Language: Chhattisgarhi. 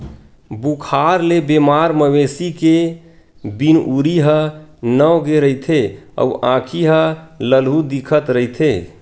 बुखार ले बेमार मवेशी के बिनउरी ह नव गे रहिथे अउ आँखी ह ललहूँ दिखत रहिथे